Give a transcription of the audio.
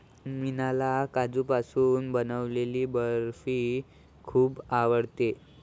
मीनाला काजूपासून बनवलेली बर्फी खूप आवडते